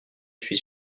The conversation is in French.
suis